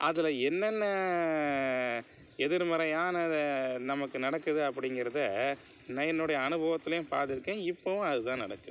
அதில் என்னென்ன எதிர்மறையானது நமக்கு நடக்குது அப்படிங்கிறத நான் என்னோடய அனுபவத்திலையும் பார்த்துருக்கேன் இப்பவும் அதுதான் நடக்குது